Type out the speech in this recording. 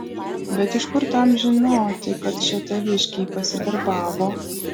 bet iš kur tam žinoti kad čia taviškiai pasidarbavo